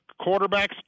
quarterbacks